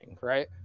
right